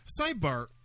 Sidebar